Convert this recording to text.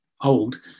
old